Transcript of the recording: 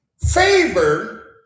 favor